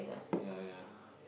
ya ya